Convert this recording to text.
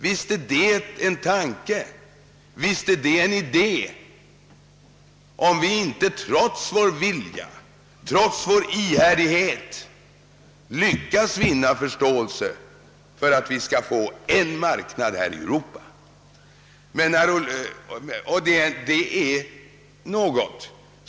Visst är det ett uppslag, ett alternativ, om vi inte trots vår vilja och ihärdighet lyckas vinna förståelse för förslaget att skapa en marknad här i Europa.